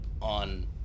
on